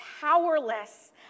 powerless